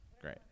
great